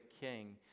king